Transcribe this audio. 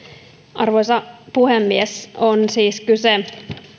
arvoisa puhemies on siis kyse